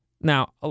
Now